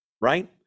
right